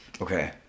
Okay